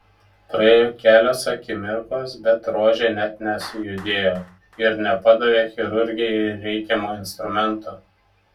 praėjo kelios akimirkos bet rožė net nesujudėjo ir nepadavė chirurgei reikiamo instrumento